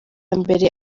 mbere